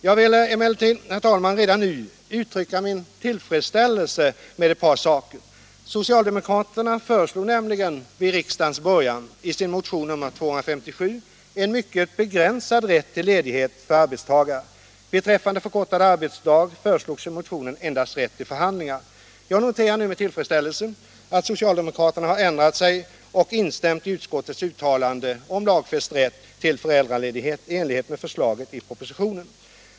Jag vill emellertid, herr talman, redan nu uttrycka min tillfredsställelse med två saker. Socialdemokraterna föreslog nämligen vid riksdagens början i sin motion nr 257 en mycket begränsad rätt till ledighet för arbetstagare. Beträffande förkortad arbetsdag föreslogs i motionen endast rätt till förhandling. Jag noterar nu med tillfredsställelse att socialdemokraterna har ändrat sig och instämt i utskottets uttalande om lagfäst rätt till föräldraledighet i enlighet med förslaget i propositionen.